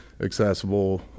accessible